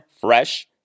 fresh